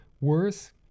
worse